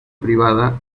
privada